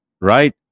right